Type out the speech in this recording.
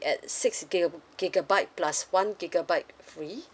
at six gig~ gigabyte plus one gigabyte free